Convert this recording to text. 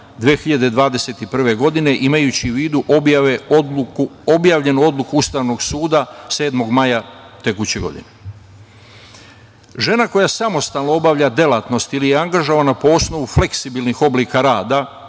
2021. godine imajući u vidu objavljenu odluku Ustavnog suda 7. maja tekuće godine. Žena koja samostalno obavlja delatnost ili je angažovana po osnovu fleksibilnih oblika rada,